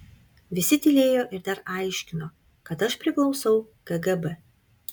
visi tylėjo ir dar aiškino kad aš priklausau kgb